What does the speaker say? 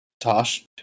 Tosh